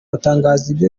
batangaza